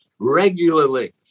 regularly